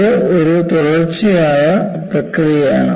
ഇത് ഒരു തുടർച്ചയായ പ്രക്രിയയാണ്